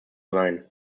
sein